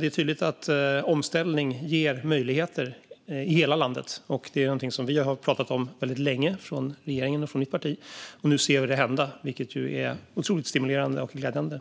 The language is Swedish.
Det är tydligt att omställning ger möjligheter i hela landet. Det är någonting som vi har pratat om väldigt länge från regeringen och mitt parti. Nu ser vi det hända, vilket är otroligt stimulerande och glädjande.